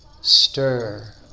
stir